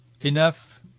enough